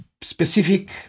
specific